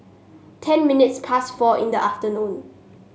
ten minutes past four in the afternoon